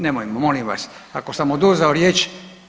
Nemojmo, molim vas, ako sam oduzeo riječ.